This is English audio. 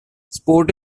sport